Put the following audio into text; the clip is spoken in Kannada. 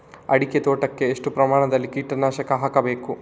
ಅಡಿಕೆ ತೋಟಕ್ಕೆ ಎಷ್ಟು ಪ್ರಮಾಣದಲ್ಲಿ ಕೀಟನಾಶಕ ಹಾಕಬೇಕು?